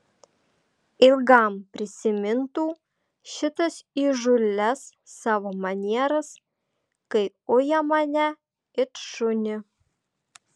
ilgam prisimintų šitas įžūlias savo manieras kai uja mane it šunį